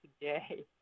today